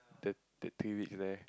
the the three weeks there